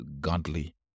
godly